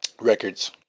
records